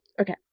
Okay